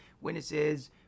Witnesses